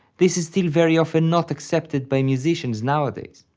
this is still very often not accepted by musicians nowadays.